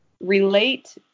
relate